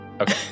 Okay